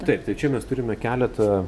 taip tai čia mes turime keletą